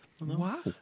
Wow